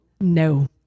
No